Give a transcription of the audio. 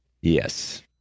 Yes